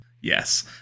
Yes